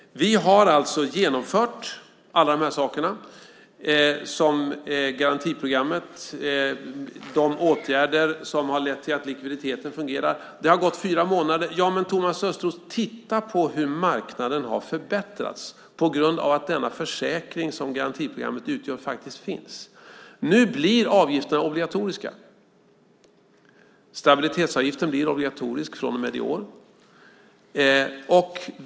Vi har genomfört alla de här sakerna, garantiprogrammet och de åtgärder som har lett till att likviditeten fungerar. Det har gått fyra månader. Titta på hur marknaden har förbättrats på grund av att den försäkring som garantiprogrammet utgör faktiskt finns! Nu blir avgifterna obligatoriska. Stabilitetsavgiften blir obligatorisk från och med i år.